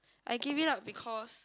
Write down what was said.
I gave it up because